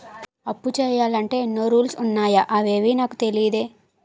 అప్పు చెయ్యాలంటే ఎన్నో రూల్స్ ఉన్నాయా అవేవీ నాకు తెలీదే